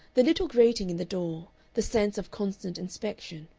the little grating in the door, the sense of constant inspection,